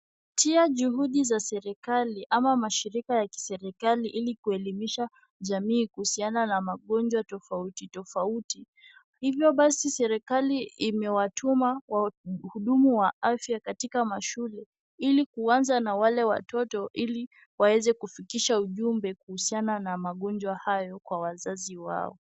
Kupitia juhudi za serikali ama mashirika ya kiserikali ili kuelimisha jamii kuhusiana na magonjwa tofauti tofauti. Hivyo basi serikali imewatuma wahudumu wa afya katika mashule ili kuanza na wale watoto ili waweze kufikisha ujumbe kuhusiana na magonjwa hayo kwa wazazi wao.